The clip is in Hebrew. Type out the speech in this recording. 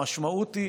המשמעות היא,